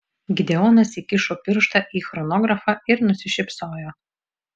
gideonas įkišo pirštą į chronografą ir nusišypsojo